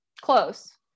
close